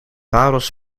parels